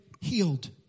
healed